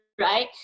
right